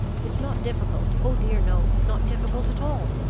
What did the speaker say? it's not difficult oh dear, no not difficult at all!